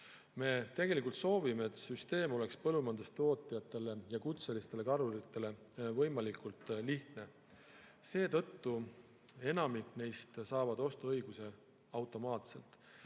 Me tegelikult soovime, et süsteem oleks põllumajandustootjatele ja kutselistele kaluritele võimalikult lihtne. Seetõttu saab enamik neist ostuõiguse automaatselt,